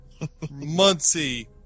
Muncy